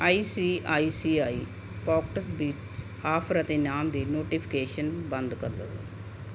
I C I C I Pockets ਵਿੱਚ offer ਅਤੇ ਇਨਾਮ ਦੀ ਨੋਟੀਫਿਕੇਸ਼ਨ ਬੰਦ ਕਰ ਦਵੋ